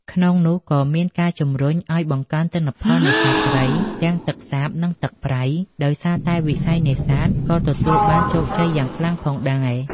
ក្នុងនោះ ក៏មានការជំរុញឱ្យបង្កើនទិន្នផលនេសាទត្រី ទាំងទឹកសាប និងទឹកប្រៃ ដោយសារតែវិស័យនេសាទក៏ទទួលបានជោគជ័យយ៉ាងខ្លាំងផងដែរ។